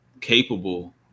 capable